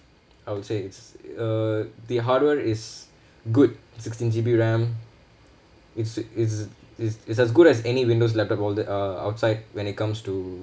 I would say it's uh the hardware is good sixteen G_B RAM is is is is as good as any windows laptop all the uh outside when it comes to